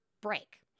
break